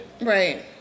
Right